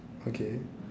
okay